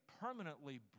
permanently